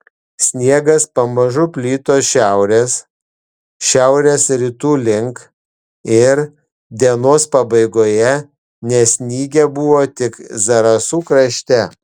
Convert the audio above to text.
sniegas pamažu plito šiaurės šiaurės rytų link ir dienos pabaigoje nesnigę buvo tik zarasų krašte